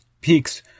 peaks